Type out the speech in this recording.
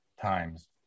times